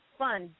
fun